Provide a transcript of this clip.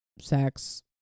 sex